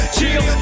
Chill